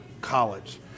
college